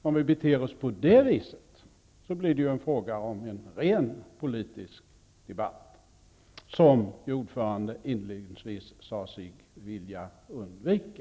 Om vi beter oss så, blir det ju fråga om en ren politisk debatt, som ordföranden inledningsvis sade sig vilja undvika.